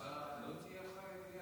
אבל בכנסת העשרים,